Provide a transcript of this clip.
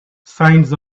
signs